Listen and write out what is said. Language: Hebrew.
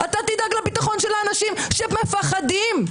תדאג לביטחון האנשים שפוחדים.